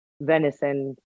venison